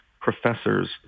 professors